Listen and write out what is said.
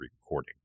recording